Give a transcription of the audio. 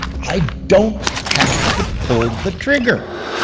i don't have to pull the trigger.